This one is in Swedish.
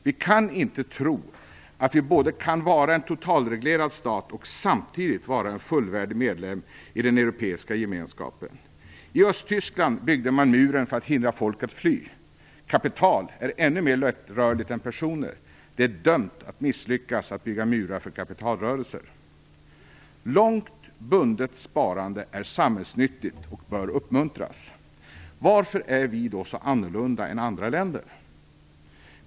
Vi kan inte tro att vi både kan vara en totalreglerad stat och samtidigt vara en fullvärdig medlem i den europeiska gemenskapen. I Östtyskland byggde man muren för att hindra folk från att fly. Kapital är ännu mer lättrörligt än personer. Det är dömt att misslyckas att bygga murar för kapitalrörelser. Långt bundet sparande är samhällsnyttigt och bör uppmuntras. Varför är vi då så annorlunda än andra länder?